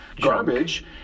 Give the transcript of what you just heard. garbage